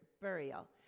burial